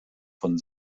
von